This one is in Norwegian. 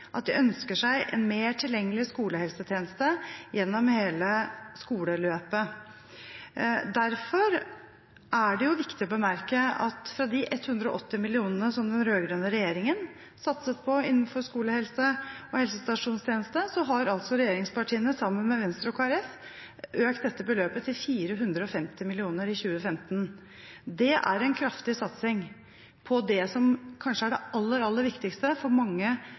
at de ønsker seg en mer tilgjengelig skolehelsetjeneste gjennom hele skoleløpet. Derfor er det viktig å bemerke at fra de 180 mill. kr som den rød-grønne regjeringen satset innenfor skolehelse og helsestasjonstjeneste, så har altså regjeringspartiene – sammen med Venstre og Kristelig Folkeparti – økt dette beløpet til 450 mill. kr i 2015. Det er en kraftig satsing på det som kanskje er det aller, aller viktigste for mange